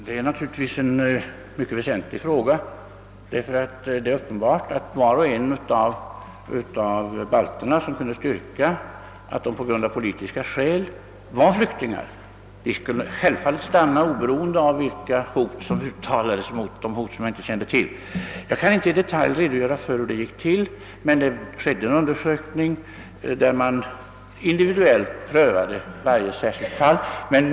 Herr talman! Det är naturligtvis en mycket väsentlig fråga. Det är nämligen uppenbart att varje balt som kunde styrka att han på grund av politiska skäl var flykting skulle stanna, oberoende av vilka hot som uttalades — hot som jag inte känner till. Jag kan inte i detalj redogöra för hur det gick till, men det skedde en undersökning, där man individuellt prövade varje särskilt fall.